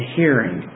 hearing